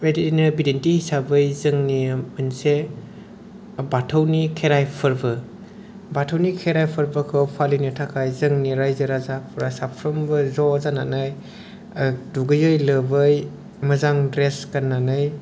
बिदिनो बिदिन्थि हिसाबै जोंनि मोनसे बाथौनि खेराइ फोरबो बाथौनि खेराइ फोरबोखौ फालिनो थाखाय जोंनि रायजो राजाफोरा साफ्रोमबो ज' जानानै दुगैयै लोबै मोजां द्रेस गाननानै